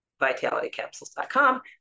VitalityCapsules.com